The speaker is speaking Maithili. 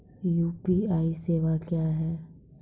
यु.पी.आई सेवा क्या हैं?